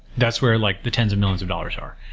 that's where like the tens of millions of dollars are.